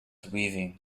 weaving